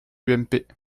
ump